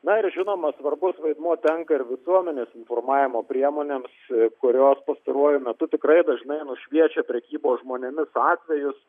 na ir žinoma svarbus vaidmuo tenka ir visuomenės informavimo priemonėms kurios pastaruoju metu tikrai dažnai nušviečia prekybos žmonėmis atvejus